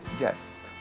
yes